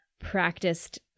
practiced